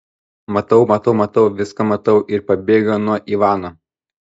matau matau matau viską matau ir pabėgo nuo ivano